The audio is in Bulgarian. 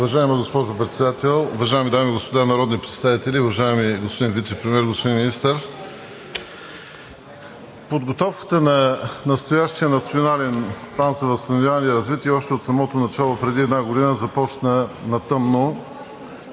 Уважаема госпожо Председател, уважаеми дами и господа народни представители, уважаеми господин Вицепремиер, господин Министър! Подготовката на настоящия Национален план за възстановяване и развитие от самото начало преди една година започна на тъмно.